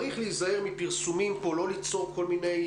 צריך להיזהר מפרסומים פה, לא ליצור כל מיני